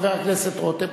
חבר הכנסת רותם,